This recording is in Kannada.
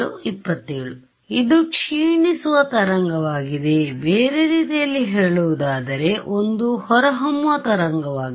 ಇದು ಕ್ಷೀಣಿಸುವ ತರಂಗವಾಗಿದೆ ಬೇರೆ ರೀತಿಯಲ್ಲಿ ಹೇಳುವುದಾದರೆ ಒಂದು ಹೊರಹೊಮ್ಮುವ ತರಂಗವಾಗಿದೆ